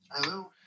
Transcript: Hello